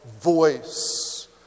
voice